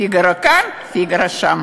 פיגארו כאן, פיגארו שם.